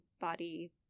body